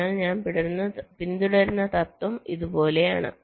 അതിനാൽ ഞാൻ പിന്തുടരുന്ന തത്വം ഇതുപോലെയാണ്